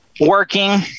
working